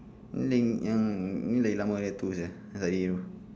ni yang ni lagi lama daripada tu sia